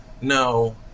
no